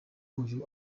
uyu